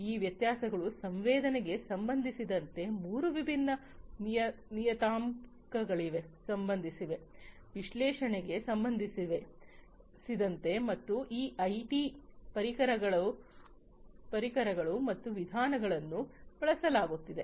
ಈ ವ್ಯತ್ಯಾಸಗಳು ಸಂವೇದನೆಗೆ ಸಂಬಂಧಿಸಿದಂತೆ ಮೂರು ವಿಭಿನ್ನ ನಿಯತಾಂಕಗಳಿಗೆ ಸಂಬಂಧಿಸಿದೆ ವಿಶ್ಲೇಷಣೆಗೆ ಸಂಬಂಧಿಸಿದಂತೆ ಮತ್ತು ಈ ಐಟಿ ಪರಿಕರಗಳು ಮತ್ತು ವಿಧಾನಗಳನ್ನು ಬಳಸಲಾಗುತ್ತಿದೆ